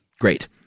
Great